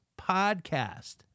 podcast